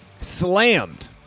slammed